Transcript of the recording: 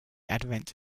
advent